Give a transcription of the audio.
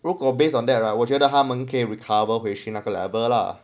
如果 based on that right 我觉得他们可以 recover 回去那个 level lah